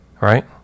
right